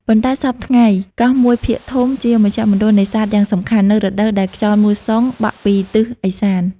ប៉ុន្តែ សព្វថ្ងៃនេះ កោះមួយភាគធំជាមជ្ឈមណ្ឌលនេសាទយ៉ាងសំខាន់ នៅរដូវដែលខ្យល់មូសុងបក់ពី ទិសឦសាន ។